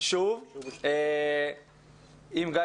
גיא